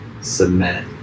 submit